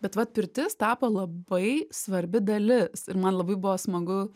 bet vat pirtis tapo labai svarbi dalis ir man labai buvo smagu